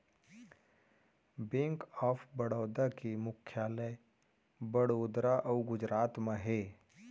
bank of Baroda के मुख्यालय बड़ोदरा अउ गुजरात म हे